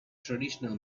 traditional